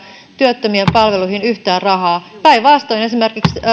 työttömien palveluihin yhtään rahaa päinvastoin esimerkiksi